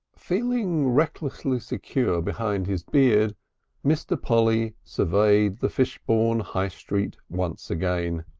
feeling recklessly secure behind his beard mr. polly surveyed the fishbourne high street once again.